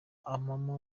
amama